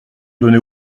donner